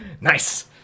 nice